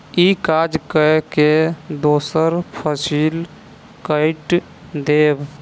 ई काज कय के दोसर फसिल कैट देब